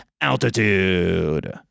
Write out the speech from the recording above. altitude